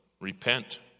repent